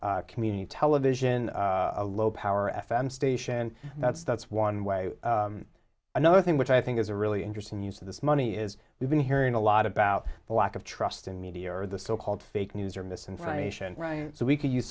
that's community television a low power f m station that's that's one way another thing which i think is a really interesting use of this money is we've been hearing a lot about the lack of trust in media or the so called fake news or misinformation so we could use